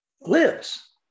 lives